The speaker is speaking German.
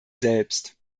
selbst